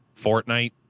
Fortnite